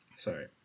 Sorry